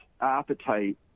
appetite